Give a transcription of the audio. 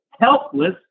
Helpless